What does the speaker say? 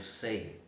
say